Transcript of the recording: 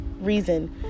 reason